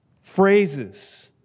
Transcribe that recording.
Phrases